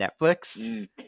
Netflix